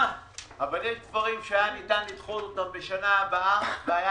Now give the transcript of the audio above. אבל יש דברים שהיה ניתן לדחות אותם לשנה הבאה והיה